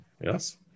yes